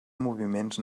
moviments